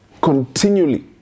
continually